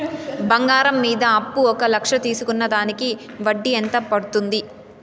బంగారం మీద అప్పు ఒక లక్ష తీసుకున్న దానికి వడ్డీ ఎంత పడ్తుంది?